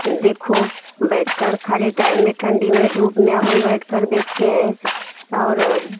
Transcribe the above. देखो बैठ कर ख़ाली टाइम में ठंडी में धूप में अपन बैठ कर देखते हैं और